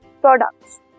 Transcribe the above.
products